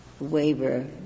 Waiver